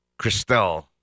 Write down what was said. Christelle